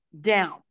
down